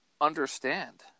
understand